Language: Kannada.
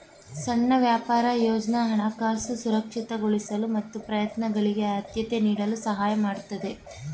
ಸಣ್ಣ ವ್ಯಾಪಾರ ಯೋಜ್ನ ಹಣಕಾಸು ಸುರಕ್ಷಿತಗೊಳಿಸಲು ಮತ್ತು ಪ್ರಯತ್ನಗಳಿಗೆ ಆದ್ಯತೆ ನೀಡಲು ಸಹಾಯ ಮಾಡುತ್ತೆ